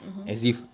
mmhmm